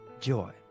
joy